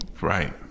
Right